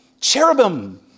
Cherubim